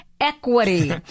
equity